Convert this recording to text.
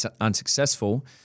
unsuccessful